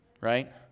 Right